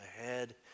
ahead